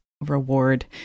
reward